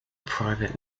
private